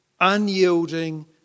unyielding